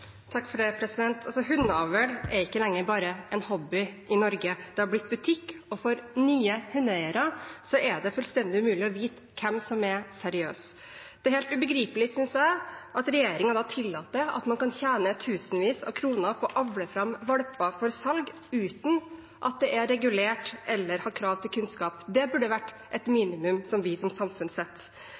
er ikke lenger bare en hobby i Norge. Det har blitt butikk, og for nye hundeeiere er det fullstendig umulig å vite hvem som er seriøs. Det er helt ubegripelig, synes jeg, at regjeringen tillater at man kan tjene tusenvis av kroner på å avle fram valper for salg uten at det er regulert eller har krav til kunnskap. Det burde vært et minimum vi som samfunn setter.